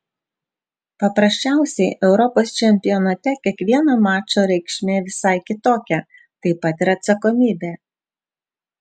paprasčiausiai europos čempionate kiekvieno mačo reikšmė visai kitokia taip pat ir atsakomybė